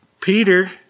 Peter